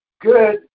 good